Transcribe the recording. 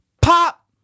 pop